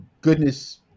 Goodness